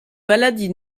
maladie